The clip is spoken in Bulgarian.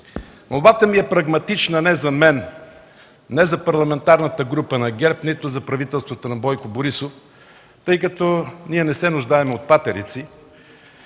Молбата ми е прагматична не за мен, не за Парламентарната група на ГЕРБ, нито за правителството на Бойко Борисов, тъй като ние не се нуждаем от патерици.